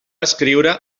escriure